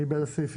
מי בעד הסעיפים?